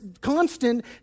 constant